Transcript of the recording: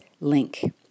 link